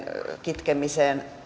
kitkemiseen